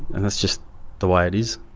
and that's just the way it is.